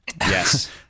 Yes